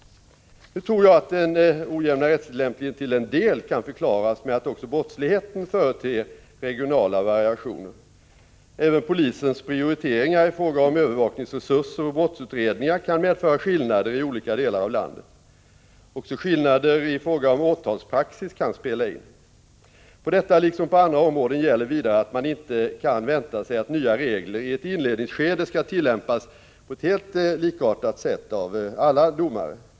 Nu tror jag att den ojämna rättstillämpningen till en del kan förklaras med att också brottsligheten företer regionala variationer. Även polisens prioriteringar i fråga om övervakningsresurser och brottsutredningar kan medföra skillnader i olika delar av landet. Också skillnader i fråga om åtalspraxis kan spela in. På detta liksom på andra områden gäller vidare att man inte kan vänta sig att nya regler i ett inledningsskede skall tillämpas på ett helt likartat sätt av alla domare.